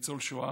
ניצול שואה,